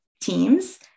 teams